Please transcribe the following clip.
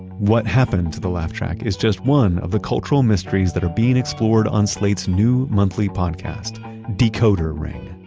what happened to the laugh track is just one of the cultural mysteries that are being explored on slate's new monthly podcast decoder ring.